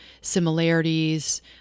similarities